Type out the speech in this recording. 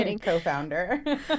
co-founder